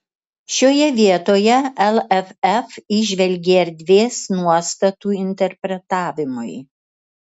šioje vietoje lff įžvelgė erdvės nuostatų interpretavimui